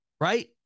Right